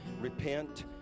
repent